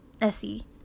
SE